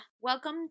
Welcome